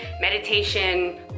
meditation